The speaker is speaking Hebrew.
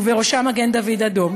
ובראשם מגן-דוד-אדום,